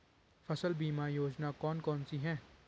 फसल बीमा योजनाएँ कौन कौनसी हैं?